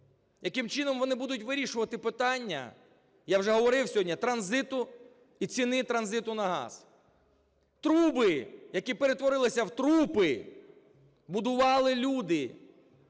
яким чином вони будуть вирішувати питання, я вже говорив сьогодні, транзиту і ціни транзиту на газ. Труби, які перетворилися в трупи, будували люди,